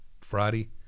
Friday